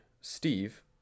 Steve